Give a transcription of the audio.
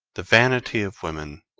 the vanity of women,